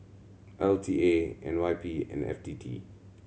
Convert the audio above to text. L T A N Y P and F T T